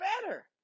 better